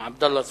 עבדאללה צרצור.